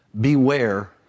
Beware